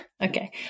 Okay